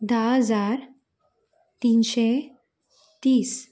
धा हजार तिनशे तीस